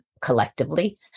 collectively